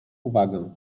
uwagę